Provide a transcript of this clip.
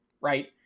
right